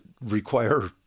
require